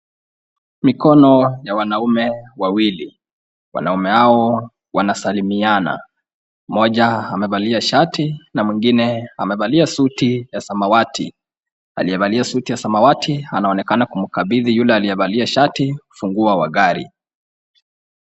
Mikono ya wanaume wawili. Wanaume hao wanasalimiana. Mmoja amevalia shati na mwengine amevalia suti ya samawati. Aliyevalia suti ya samawati anaonekana kumkabidhi yule aliyevalia shati ufunguo wa gari.